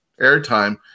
airtime